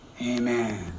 Amen